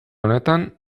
honetan